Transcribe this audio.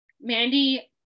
mandy